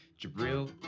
jabril